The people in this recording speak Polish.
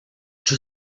czy